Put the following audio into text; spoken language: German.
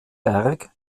berg